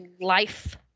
life